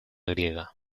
griega